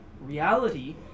reality